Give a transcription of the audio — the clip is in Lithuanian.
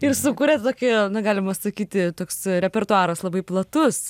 ir sukurėt tokį na galima sakyti toks repertuaras labai platus